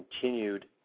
continued